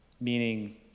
Meaning